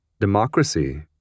democracy